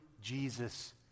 jesus